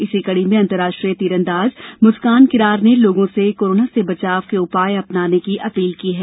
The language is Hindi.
इसी कड़ी में अंतर्राष्ट्रीय तीरंदाज मुस्कान किरार ने लोगों से कोरोना से बचाव के उपाय करने की अपील की है